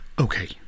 okay